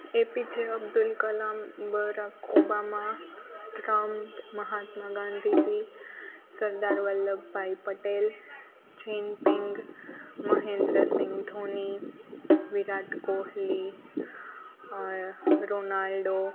APJ Abdul Kalam Barack Obama Ram Mahatma Gandhiji Sardar Vallabh bhai Patel Jinping Mahendra Singh Dhoni Virat Kohli ઓર Ronaldo